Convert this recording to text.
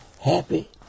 happy